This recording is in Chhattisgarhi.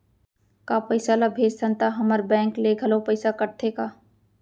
का पइसा ला भेजथन त हमर बैंक ले घलो पइसा कटथे का?